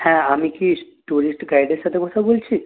হ্যাঁ আমি কি টুরিস্ট গাইডের সঙ্গে কথা বলছি